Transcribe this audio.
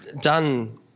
done